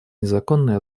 незаконный